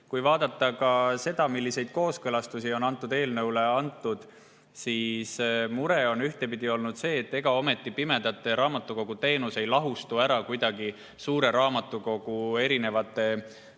Kui vaadata seda, milliseid kooskõlastusi on sellele eelnõule antud, siis mure on ühtpidi olnud see, et ega ometi pimedate raamatukogu teenus ei lahustu kuidagi ära suure raamatukogu erinevate teenuste